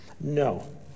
No